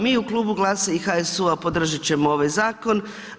Mi u Klubu GLAS-a i HSU-a podržat ćemo ovaj zakon.